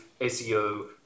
SEO